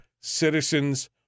citizens